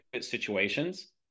situations